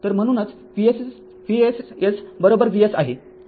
तर म्हणूनच VssVs आहे